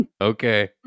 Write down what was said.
okay